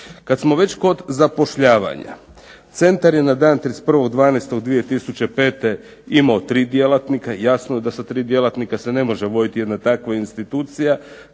Kad smo već kod zapošljavanja, centar je na dan 31.12.2005. imao tri djelatnika, jasno je da sa tri djelatnika se ne može voditi jedna takva institucija.